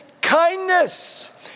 kindness